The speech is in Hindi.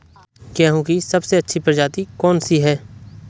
गेहूँ की सबसे अच्छी प्रजाति कौन सी है?